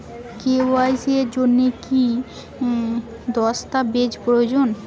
KYC এর জন্যে কি কি দস্তাবেজ প্রয়োজন?